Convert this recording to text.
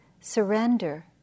surrender